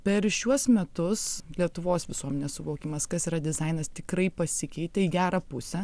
per šiuos metus lietuvos visuomenės suvokimas kas yra dizainas tikrai pasikeitė į gerą pusę